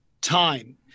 time